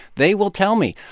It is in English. they will tell me,